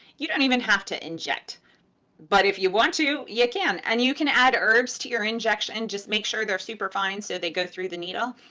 you don't even have to inject but if you want to, you can and you can add herbs to your injection, just make sure they're super fine so they go through the needle.